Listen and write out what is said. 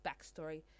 backstory